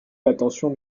l’attention